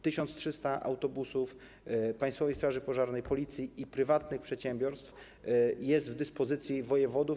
1300 autobusów Państwowej Straży Pożarnej, Policji i prywatnych przedsiębiorstw jest w dyspozycji wojewodów.